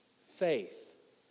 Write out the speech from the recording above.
faith